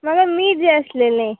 म्हाका मीट जाय आसलेलें